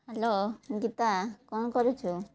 hello Gita କ'ଣ କରୁଛୁ